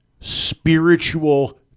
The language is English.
spiritual